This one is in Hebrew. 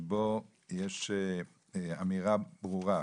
שבו יש אמירה ברורה,